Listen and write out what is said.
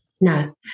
no